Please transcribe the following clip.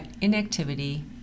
inactivity